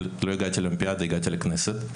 לא הגעתי לאולימפיאדה הגעתי לכנסת.